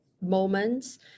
moments